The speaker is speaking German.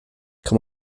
kann